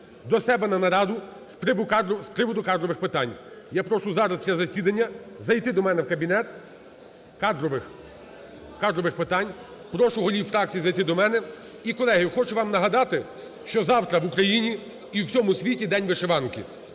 до себе на нараду з приводу кадрових питань. Я прошу зараз, після засідання, зайти до мене в кабінет. Кадрових, кадрових питань. Прошу голів фракцій зайти до мене. І, колеги, хочу вам нагадати, що завтра в Україні і у всьому світі День вишиванки.